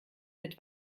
mit